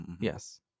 Yes